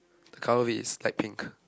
the colour of it is light pink